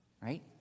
right